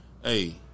hey